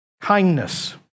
kindness